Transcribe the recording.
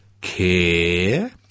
CARE